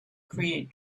create